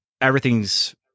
everything's